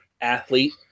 athlete